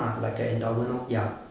ah like an endowment lor ya